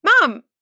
mom